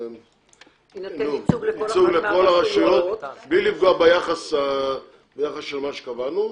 ייצוג לכל הרשויות, בלי לפגוע ביחס של מה שקבענו.